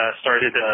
started